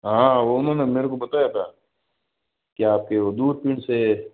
हाँ उन्होंने मेरे को बताया था कि आपकी वो दूरबीन से